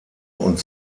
und